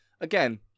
Again